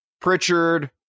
Pritchard